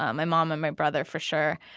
um my mom and my brother for sure,